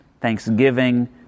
thanksgiving